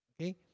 Okay